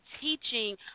teaching